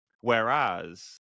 Whereas